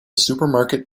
supermarket